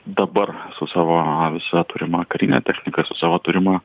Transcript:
dabar su savo visa turima karine technika su savo turima